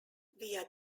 via